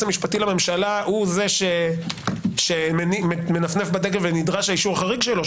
המשפטי לממשלה הוא זה שמנפנף בדגל ונדרש האישור החריג שלו,